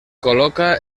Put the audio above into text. col·loca